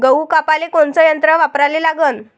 गहू कापाले कोनचं यंत्र वापराले लागन?